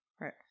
Right